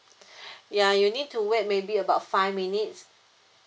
ya you need to wait maybe about five minutes